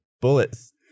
bullets